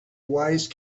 wise